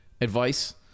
advice